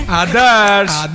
Others